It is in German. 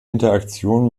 interaktion